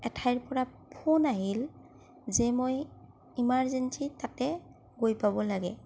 এঠাইৰ পৰা ফোন আহিল যে মই ইমাৰ্জেঞ্চী তাতে গৈ পাব লাগে